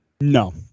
No